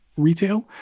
retail